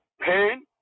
pain